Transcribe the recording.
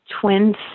twins